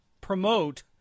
promote